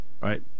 Right